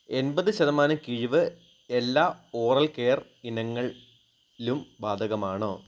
എൺപത് ശതമാനം കിഴിവ് എല്ലാ ഓറൽ കെയർ ഇനങ്ങളിലും ബാധകമാണോ